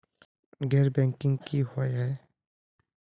गैर बैंकिंग की हुई है?